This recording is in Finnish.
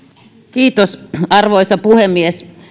kiitos arvoisa puhemies